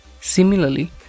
Similarly